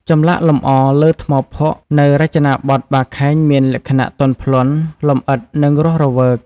ចម្លាក់លម្អលើថ្មភក់នៅរចនាបថបាខែងមានលក្ខណៈ ទន់ភ្លន់ លម្អិត និងរស់រវើក។